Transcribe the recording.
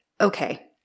okay